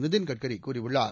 நிதின்கட்கரி கூறியுள்ளார்